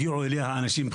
הגיעו אליה אנשים,